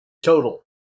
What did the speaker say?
Total